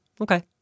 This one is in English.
Okay